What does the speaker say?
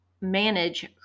manage